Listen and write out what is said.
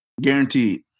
Guaranteed